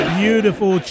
beautiful